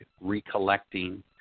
recollecting